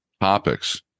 topics